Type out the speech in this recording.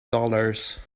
dollars